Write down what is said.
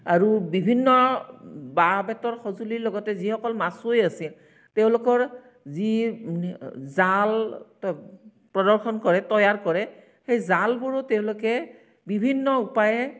আৰু বিভিন্ন বাঁহ বেতৰ সঁজুলিৰ লগতে যিসকল মাছুৱৈ আছিল তেওঁলোকৰ যি জাল প্ৰদৰ্শন কৰে তৈয়াৰ কৰে সেই জালবোৰো তেওঁলোকে বিভিন্ন উপায়ে